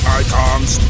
icons